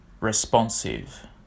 responsive